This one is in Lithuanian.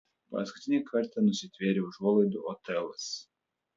paskutinį kartą nusitvėrė užuolaidų otelas